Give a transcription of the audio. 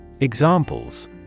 Examples